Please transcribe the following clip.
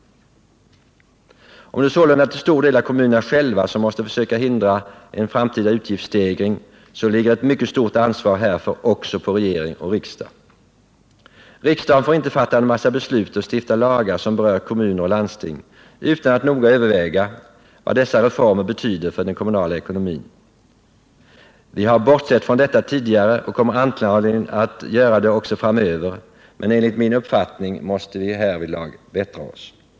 Om det sålunda till stor del är kommunerna själva som måste försöka hindra en framtida utgiftsstegring så ligger ett mycket stort ansvar härför också på regering och riksdag. Riksdagen får inte fatta en massa beslut och stifta lagar som berör kommuner och landsting utan att noga överväga vad dessa reformer betyder för den kommunala ekonomin. Vi har bortsett från detta tidigare och kommer antagligen att göra det också framöver, men enligt min uppfattning måste vi härvidlag bättra oss.